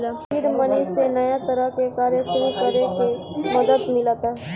seed money से नया तरह के कार्य सुरू करे में मदद मिलता